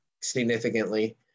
significantly